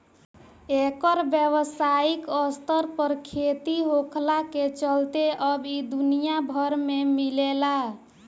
एकर व्यावसायिक स्तर पर खेती होखला के चलते अब इ दुनिया भर में मिलेला